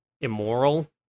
immoral